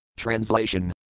Translation